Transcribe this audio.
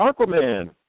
Aquaman